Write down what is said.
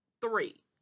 three